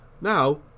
Now